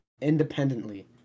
independently